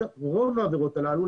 הרוב המכריע של העבירות הללו,